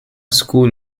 school